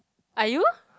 are you